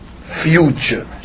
future